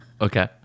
Okay